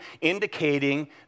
indicating